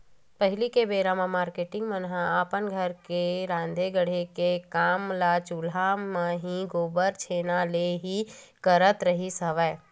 पहिली बेरा म मारकेटिंग मन ह अपन घर के राँधे गढ़े के काम ल चूल्हा म ही, गोबर छैना ले ही करत रिहिस हवय